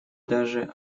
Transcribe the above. даже